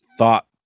Thought